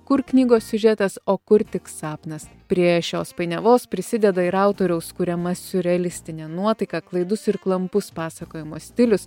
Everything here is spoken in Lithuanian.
kur knygos siužetas o kur tik sapnas prie šios painiavos prisideda ir autoriaus kuriama siurrealistinė nuotaika klaidus ir klampus pasakojimo stilius